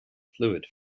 fluid